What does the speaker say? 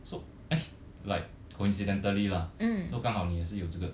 so like coincidentally lah so 刚好你也是有这个